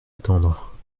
attendre